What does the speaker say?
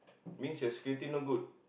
means your security not good